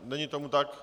Není tomu tak.